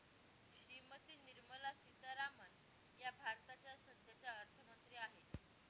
श्रीमती निर्मला सीतारामन या भारताच्या सध्याच्या अर्थमंत्री आहेत